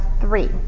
three